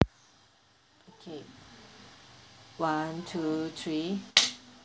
okay one two three